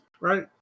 right